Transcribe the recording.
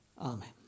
Amen